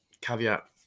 caveat